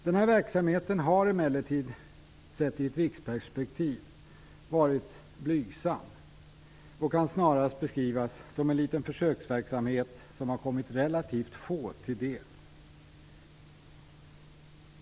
Denna verksamhet har emellertid, sett i ett riksperspektiv, varit blygsam. Den kan snarast beskrivas som en liten försöksverksamhet som har kommit relativt få till del.